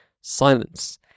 Silence